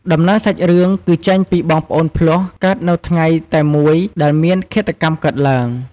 ដំណើរសាច់រឿង គឺចេញពីបងប្អូនភ្លោះកើតនៅថ្ងៃតែមួយដែលមានឃាតកម្មកើតឡើង។